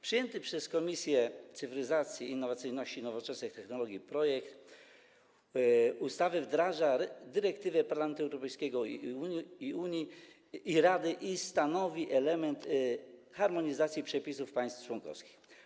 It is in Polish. Przyjęty przez Komisję Cyfryzacji, Innowacyjności i Nowoczesnych Technologii projekt ustawy wdraża dyrektywę Parlamentu Europejskiej i Rady i stanowi element harmonizacji przepisów państw członkowskich.